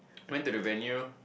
went to the venue